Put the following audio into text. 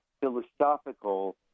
philosophical